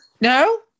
no